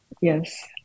Yes